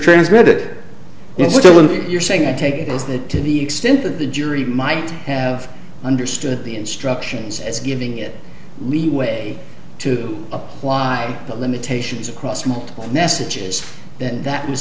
when you're saying i take it to the extent that the jury might have understood the instructions as giving it a legal way to apply the limitations across multiple messages and that was